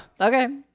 Okay